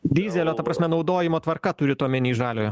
dyzelio ta prasme naudojimo tvarka turit omeny žaliojo